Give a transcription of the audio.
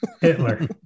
Hitler